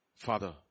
Father